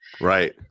Right